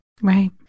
Right